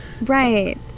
right